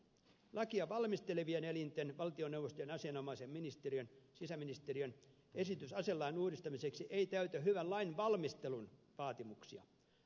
lakia valmistelevien elinten valtioneuvoston ja asianomaisen ministeriön sisäministeriön esitys aselain uudistamiseksi ei täytä hyvän lainvalmistelun vaatimuksia